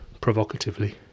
provocatively